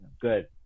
Good